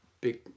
big